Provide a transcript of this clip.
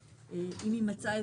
אני רוצה לומר כמה